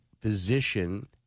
physician